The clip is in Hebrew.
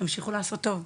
תמשיכו לעשות טוב.